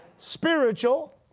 spiritual